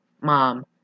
mom